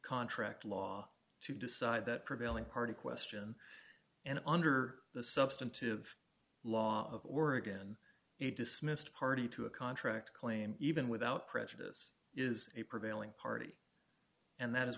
contract law to decide that prevailing party question and under the substantive law were again a dismissed party to a contract claim even without prejudice is a prevailing party and that is